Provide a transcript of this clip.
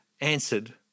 answered